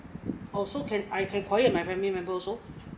also can I can quiet my family member also